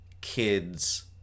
kids